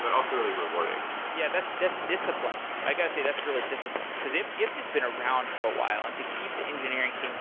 but also really rewarding. yeah, that's that's discipline. i got to say, that's really discipline. ifttt ifttt has been around for a while, and to keep the engineering team